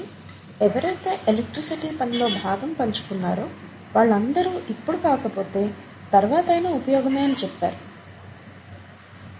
కానీ ఎవరైతే ఎలక్ట్రిసిటీ పనిలో భాగం పంచుకున్నారో వాళ్ళందరూ ఇప్పుడు కాకపోతే తరవాత అయినా ఉపయోగమే అని చెప్పేరు